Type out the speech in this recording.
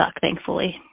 thankfully